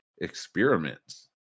experiments